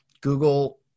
Google